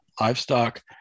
livestock